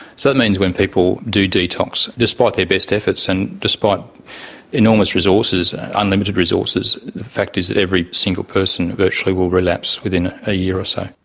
so that means that when people do detox, despite their best efforts and despite enormous resources, unlimited resources, the fact is that every single person, virtually, will relapse within a year or so.